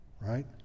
right